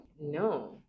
No